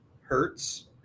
Hertz